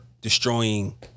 destroying